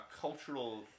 cultural